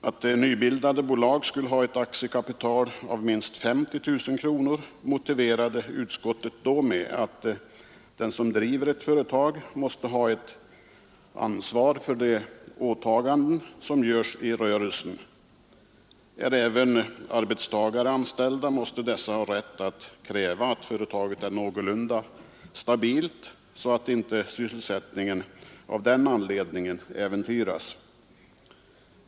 Att nybildade bolag skulle ha ett aktiekapital av minst 50 000 kronor motiverade utskottet då med att den som driver ett företag måste ha ett ansvar för de åtaganden som görs i rörelsen. Är arbetstagare anställda måste dessa ha rätt att kräva att företaget är någorlunda stabilt, så att inte sysselsättningen av den anledningen äventyras.